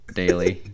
daily